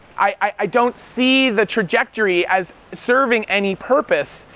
i don't see the trajectory as serving any purpose,